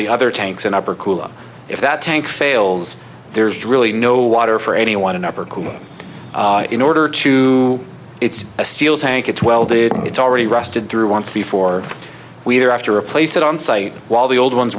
the other tanks in upper kula if that tank fails there's really no water for anyone in upper cooling in order to it's a steel tank it's welded it's already rusted through once before we're after a place that on site while the old ones